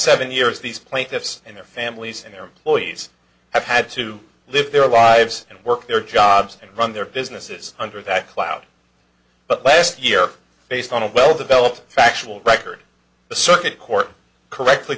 seven years these plaintiffs and their families and their employees have had to live their lives and work their jobs and run their businesses under that cloud but last year based on a well developed factual record the circuit court correctly